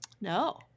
No